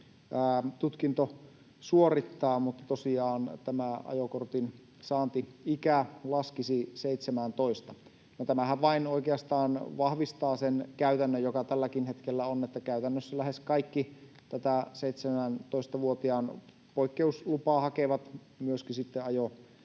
tutkinto suorittaa, mutta tosiaan tämä ajokortin saanti-ikä laskisi 17:ään. No, tämähän vain oikeastaan vahvistaa sen käytännön, joka tälläkin hetkellä on, että käytännössä lähes kaikki 17-vuotiaan poikkeuslupaa hakevat ajo-oikeuden jo